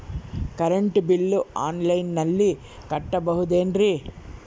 Current bill ಆನ್ಲೈನಿನಲ್ಲಿ ಕಟ್ಟಬಹುದು ಏನ್ರಿ?